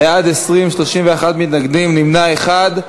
בעד, 20, 31 מתנגדים, נמנע אחד.